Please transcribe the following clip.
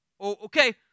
Okay